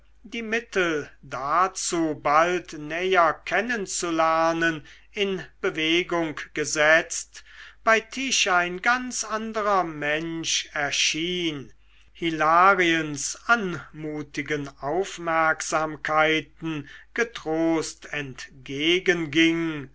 die mittel dazu bald näher kennen zu lernen in bewegung gesetzt bei tische ein ganz anderer mensch erschien hilariens anmutigen aufmerksamkeiten getrost